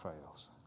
fails